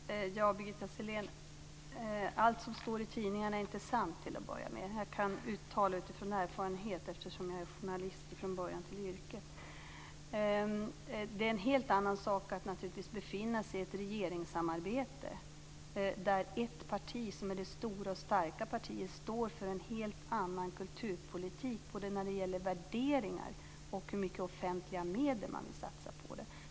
Fru talman! Birgitta Sellén, allt som står i tidningarna är inte sant, till att börja med. Jag kan tala utifrån erfarenhet, eftersom jag är journalist till yrket från början. Det är naturligtvis en helt annan sak att befinna sig i ett regeringssamarbete, där ett parti, som är det stora och starka partiet, står för en helt annan kulturpolitik både när det gäller värderingar och hur mycket offentliga medel man vill satsa.